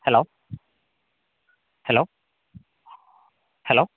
hello hello hello